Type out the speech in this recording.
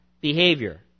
behavior